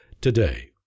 today